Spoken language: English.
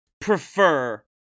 prefer